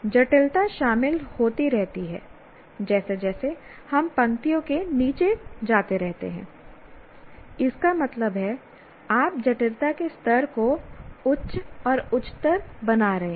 जटिलता शामिल होती रहती हैजैसे जैसे हम पंक्तियों के नीचे जाते रहते हैं इसका मतलब है आप जटिलता के स्तर को उच्च और उच्चतर बना रहे हैं